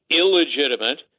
illegitimate